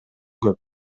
көп